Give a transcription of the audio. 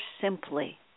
simply